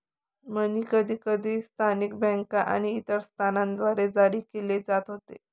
मनी कधीकधी स्थानिक बँका आणि इतर संस्थांद्वारे जारी केले जात होते